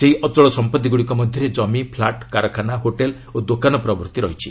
ସେହି ଅଚଳ ସମ୍ପଭିଗୁଡ଼ିକ ମଧ୍ୟରେ ଜମି ଫ୍ଲାଟ୍ କାରଖାନା ହୋଟେଲ୍ ଓ ଦୋକାନ ପ୍ରଭୂତି ରହିଛି